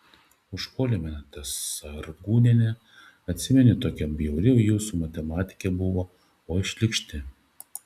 užpuolė mane ta sargūnienė atsimeni tokia bjauri jūsų matematikė buvo oi šlykšti